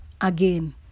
again